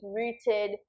rooted